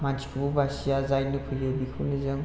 मानसिखौबो बासिया जायनो फैयो बेखौनो जों